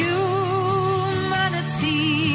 Humanity